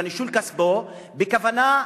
לנישול כספו בכוונה,